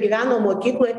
gyveno mokykloj